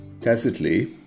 tacitly